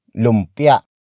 Lumpia